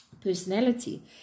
personality